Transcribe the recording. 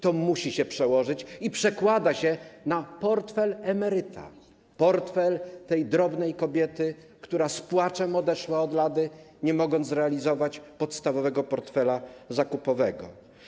To musi się przełożyć - i przekłada się - na portfel emeryta, portfel tej drobnej kobiety, która z płaczem odeszła od lady, nie mogąc zrealizować podstawowego portfela zakupowego.